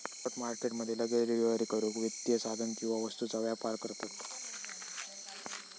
spot market मध्ये लगेच delivery करूक वित्तीय साधन किंवा वस्तूंचा व्यापार करतत